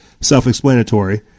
self-explanatory